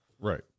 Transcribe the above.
right